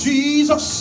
Jesus